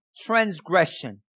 transgression